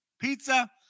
pizza